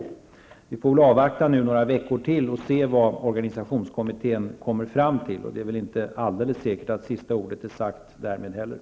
Vi får väl nu avvakta några veckor till och se vad organisationskommittén kommer fram till. Det är väl inte heller alldeles säkert att sista ordet därmed är sagt.